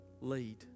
Lead